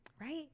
right